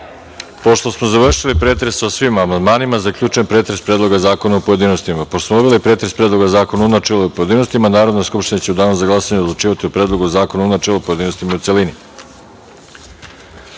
(Ne.)Pošto smo završili pretres o svim amandmanima, zaključujem pretres Predloga zakona u pojedinostima. Pošto smo obavili pretres Predloga zakona u načelu i u pojedinostima, Narodna skupština će u danu za glasanje odlučivati o Predlogu zakona u načelu, pojedinostima i u celini. Primili